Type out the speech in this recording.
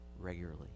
regularly